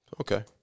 okay